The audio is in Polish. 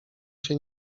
się